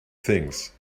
things